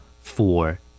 four